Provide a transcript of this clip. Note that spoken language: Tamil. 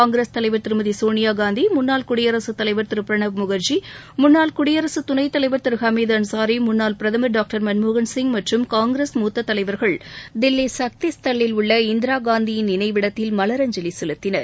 காங்கிரஸ் தலைவர் திருமதி சோனியாகாந்தி முன்னாள் குடியரசுத் தலைவர் திரு பிரணாப் முக்ஜி முன்னாள் குடியரசு துணைத்தலைவர் திரு ஹமீது அன்சாரி முன்னாள் பிரதமர் டாக்டர் மன்மோகன் சிங் மற்றும் காங்கிரஸ் மூத்த தலைவா்கள் தில்லி சக்தி ஸ்தல்லில் உள்ள இந்திரா காந்தியின் நினைவிடத்தில் மலரஞ்சலி செலுத்தினர்